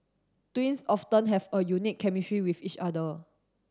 twins often have a unique chemistry with each other